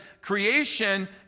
creation